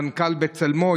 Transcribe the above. מנכ"ל "בצלמו",